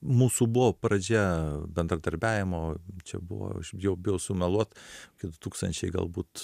mūsų buvo pradžia bendradarbiavimo čia buvo jau bijau sumeluot kad tūkstančiai galbūt